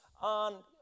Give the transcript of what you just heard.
on